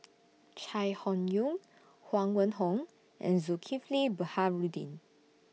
Chai Hon Yoong Huang Wenhong and Zulkifli Baharudin